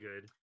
good